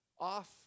off